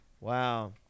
wow